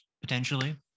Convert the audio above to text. potentially